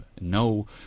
no